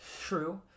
True